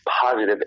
positive